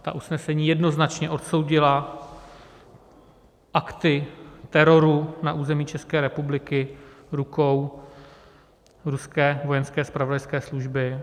Ta usnesení jednoznačně odsoudila akty teroru na území České republiky rukou ruské vojenské zpravodajské služby.